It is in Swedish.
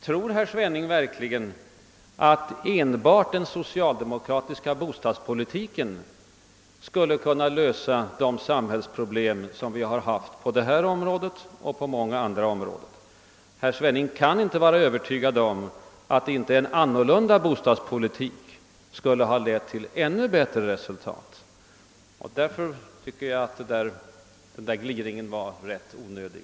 Tror herr Svenning verkligen att enbart den socialdemokratiska politiken varit ägnad lösa de samhällsproblem vi har haft på detta och på många andra områden? Herr Svenning kan inte övertyga någon om att inte en annorlunda bostadspolitik skulle ha lett till ännu bättre resultat. Därför tycker jag att hans gliring var onödig.